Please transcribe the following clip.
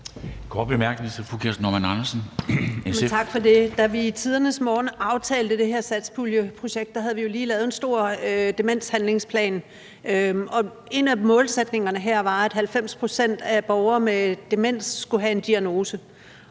Da vi i tidernes morgen aftalte det her satspuljeprojekt, havde vi lige lavet en stor demenshandlingsplan, og en af målsætningerne her var, at 90 pct. af borgere med demens skulle have en diagnose.